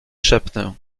szepnę